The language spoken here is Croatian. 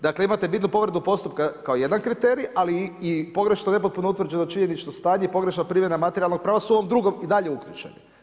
Dakle, imate bitnu povredu postupka kao jedan kriterij ali i pogrešno nepotpuno utvrđeno činjenično stanje, pogrešna primjena materijalnog prava su vam … i dalje uključeni.